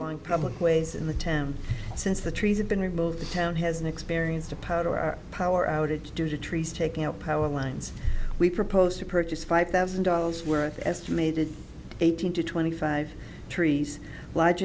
long public ways in the town since the trees have been removed the town has an experience to post or power outage due to trees taking out power lines we proposed to purchase five thousand dollars worth estimated eighteen to twenty five trees large